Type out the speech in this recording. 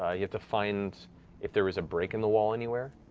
ah you have to find if there was a break in the wall anywhere.